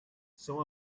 são